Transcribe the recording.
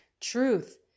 Truth